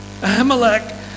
Ahimelech